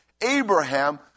Abraham